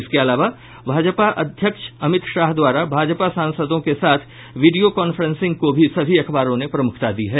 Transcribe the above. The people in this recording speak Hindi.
इसके अलावा भाजपा अध्यक्ष अमित शाह द्वारा भाजपा सांसदों के साथ वीडियो कांफ्रेंसिंग को भी सभी अखबारों ने प्रमुखता दी है